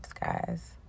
guys